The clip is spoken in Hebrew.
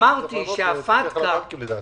מי שצריך לענות הוא המפקח על הבנקים לדעתי.